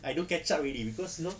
I don't catch up already cause know